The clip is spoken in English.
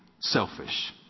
selfish